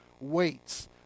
weights